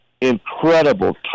incredible